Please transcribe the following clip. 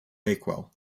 bakewell